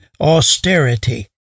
austerity